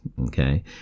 Okay